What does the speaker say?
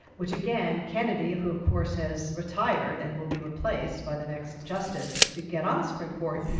which again, kennedy, who of course has retired and will be replaced by the next justice to get on the supreme court,